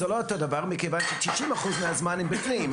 זה לא אותו דבר מכיוון ש-90% מהזמן הם בפנים.